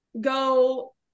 go